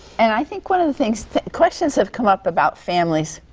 and i think one of the things questions have come up about families.